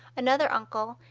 another uncle,